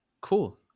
Cool